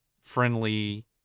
friendly